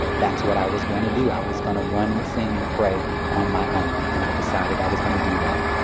that's what i was going to do. i was going to run and sing and pray on my own, and i decided i was going to do that.